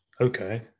Okay